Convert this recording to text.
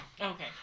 Okay